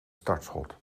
startschot